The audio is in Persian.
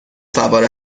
سوار